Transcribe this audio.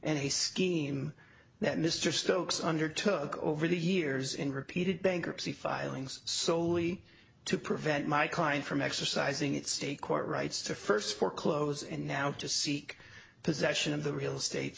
and a scheme that mr stokes under took over the years in repeated bankruptcy filings solely to prevent my client from exercising its state court rights to st foreclose and now to seek possession of the real state